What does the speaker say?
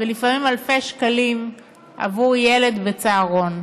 ולפעמים אלפי שקלים עבור ילד בצהרון.